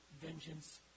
vengeance